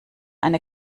eine